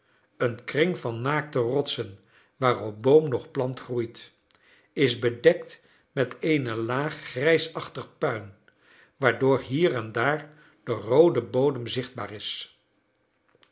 een kring van naakte rotsen waarop boom noch plant groeit is bedekt met eene laag grijsachtige puin waardoor hier en daar de roode bodem zichtbaar is